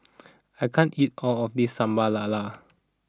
I can't eat all of this Sambal Lala